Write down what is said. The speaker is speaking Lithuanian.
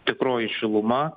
tikroji šiluma